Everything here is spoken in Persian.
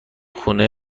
خونه